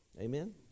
Amen